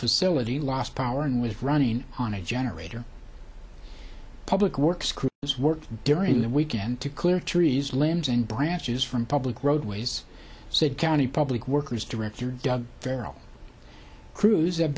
facility lost power and was running on a generator public works crews worked during the weekend to clear trees limbs and branches from public roadways said county public workers director doug vera cruz have